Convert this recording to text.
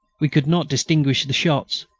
we could not distinguish the shots,